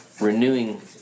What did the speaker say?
renewing